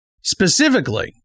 specifically